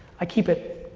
i keep it